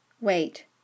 Wait